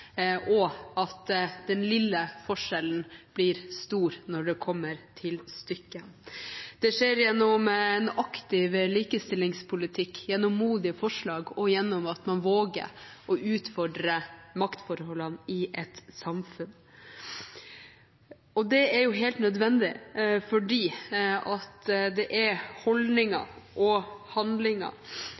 og at den lille forskjellen blir stor når det kommer til stykket. Det skjer gjennom en aktiv likestillingspolitikk, gjennom modige forslag, og gjennom at man våger å utfordre maktforholdene i et samfunn. Det er helt nødvendig fordi det er holdninger og handlinger